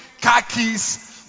khakis